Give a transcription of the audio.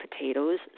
potatoes